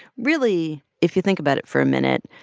really, if you think about it for a minute,